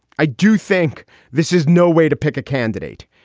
i do think this is no way to pick a candidate.